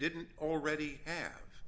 didn't already have